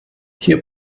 hier